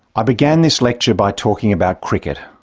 i began this lecture by talking about cricket.